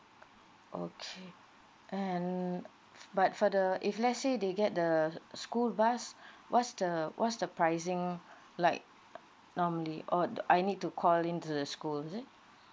okay and but for the if let's say they get the school bus what's the what's the pricing like normally or I need to call in to the school is it